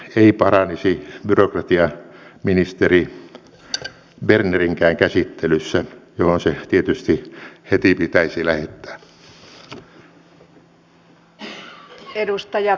fi paradoksi esityskummajainen ei paranisi byrokratiaministeri bernerinkään käsittelyssä johon se tietysti heti pitäisi lähettää